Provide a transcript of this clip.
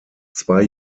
zwei